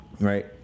Right